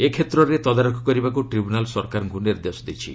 ଏକ୍ଷେତ୍ରରେ ତଦାରଖ କରିବାକୁ ଟ୍ରିବ୍ୟୁନାଲ୍ ସରକାରଙ୍କୁ ନିର୍ଦ୍ଦେଶ ଦେଇଛି